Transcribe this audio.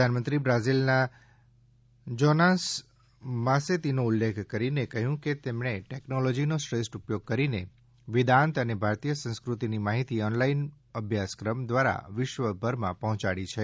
પ્રધાનમંત્રી બ્રાઝીલના જોનાસ માસેતીનો ઉલ્લેખ કરીને કહ્યું કે તેમણે ટેક્નોલોજીનો શ્રેષ્ઠ ઉપયોગ કરીને વેદાંત અને ભારતીય સંસ્કૃતિની માહિતી ઓનલાઈન અભ્યાસક્રમ દ્વારા વિશ્વભરમાં પહોંચાડી છે